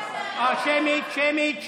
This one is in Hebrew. שמית, שמית.